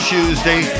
Tuesday